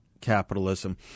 capitalism